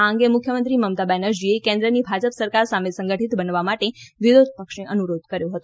આ અંગે મુખ્યમંત્રી મમતા બેનરજીએ કેન્દ્રની ભાજપ સરકાર સામે સંગઠીત બનવા માટે વિરોધપક્ષને અનુરોધ કર્યો હતો